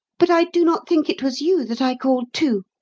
but i do not think it was you that i called to.